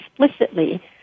explicitly